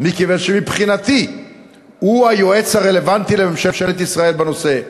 מכיוון שמבחינתי הוא היועץ הרלוונטי לממשלת ישראל בנושא.